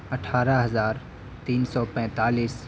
اٹھارہ ہزار تین سو پینتالیس